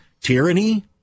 tyranny